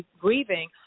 grieving